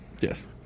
Yes